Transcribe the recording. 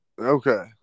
Okay